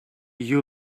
you